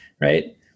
right